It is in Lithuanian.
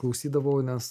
klausydavau nes